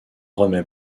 remet